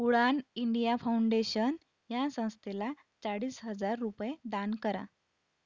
उडान India foundation ह्या संस्थेला चाळीस हजार रुपये दान करा